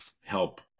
help